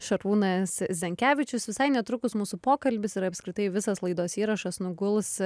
šarūnas zenkevičius visai netrukus mūsų pokalbis ir apskritai visas laidos įrašas nuguls